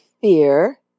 fear